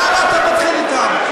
למה אתה מתחיל אתם?